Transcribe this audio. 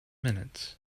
minutes